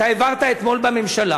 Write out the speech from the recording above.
אתה העברת אתמול בממשלה